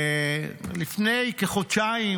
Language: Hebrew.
לפני כחודשיים